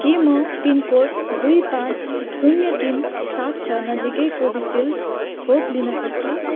के म पिनकोड दुई पाँच शून्य तिन सात छनजिकै कोभिसिल्ड खोप लिन सक्छु